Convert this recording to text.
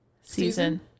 Season